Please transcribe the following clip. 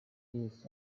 his